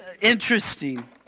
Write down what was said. interesting